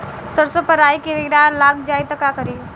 सरसो पर राही किरा लाग जाई त का करी?